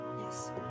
Yes